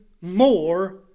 more